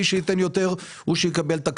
מי שייתן יותר הוא שיקבל את הקרקע.